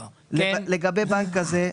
לגבי בנק כזה,